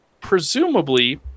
presumably